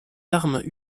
armes